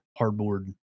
hardboard